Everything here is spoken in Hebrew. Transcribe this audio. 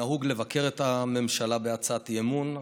נהוג לבקר את הממשלה בהצעת אי-אמון.